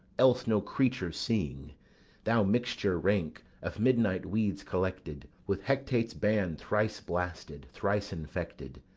else no creature seeing thou mixture rank, of midnight weeds collected, with hecate's ban thrice blasted, thrice infected,